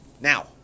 Now